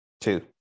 Two